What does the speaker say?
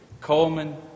Coleman